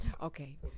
okay